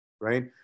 Right